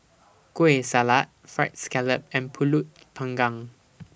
Kueh Salat Fried Scallop and Pulut Panggang